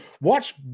watch